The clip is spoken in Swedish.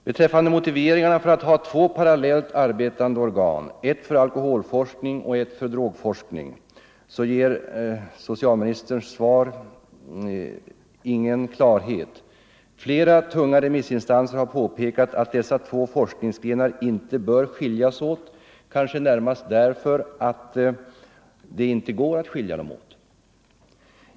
Beträffande motiveringen för att ha två parallellt arbetande organ, ett för alkoholforskning och ett för drogforskning, ger socialministerns svar ingen klarhet. Flera tunga remissinstanser har påpekat att dessa två forskningsgrenar inte bör skiljas åt, kanske närmast därför att det inte går att skilja dem åt.